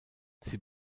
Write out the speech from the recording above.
sie